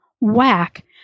whack